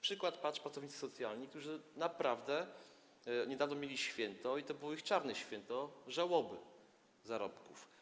Przykład to pracownicy socjalni, którzy niedawno mieli święto, i to było ich czarne święto, żałoby zarobków.